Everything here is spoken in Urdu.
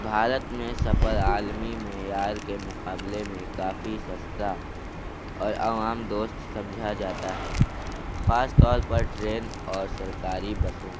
بھارت میں سفر عالمی میں یار کے مقابلے میں کافی سستا اور عوام دوست سمجھا جاتا ہے خاص طور پر ٹرین اور سرکاری بسوں